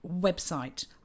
website